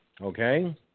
Okay